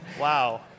Wow